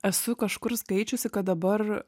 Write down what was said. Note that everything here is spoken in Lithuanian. esu kažkur skaičiusi kad dabar